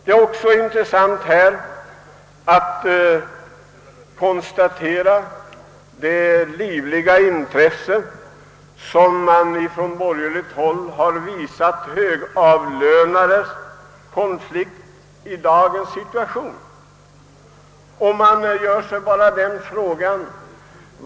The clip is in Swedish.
Det är vidare intressant att konstatera vilket livligt intresse som från borgerligt håll ägnas vissa högavlönade grupper under nu pågående konflikt.